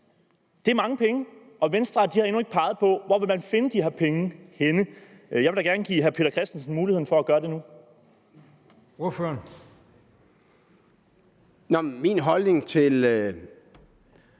Det er mange penge, og Venstre har endnu ikke peget på, hvor man vil finde de her penge henne, og jeg vil da gerne give hr. Peter Christensen mulighed for at gøre det nu. Kl. 09:42 Formanden: